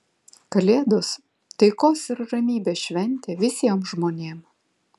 kalėdos taikos ir ramybės šventė visiem žmonėm